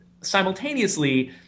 simultaneously